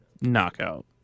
Knockout